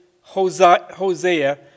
Hosea